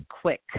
quick